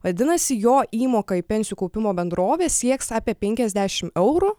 vadinasi jo įmoka į pensijų kaupimo bendrovę sieks apie penkiasdešim eurų